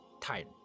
tired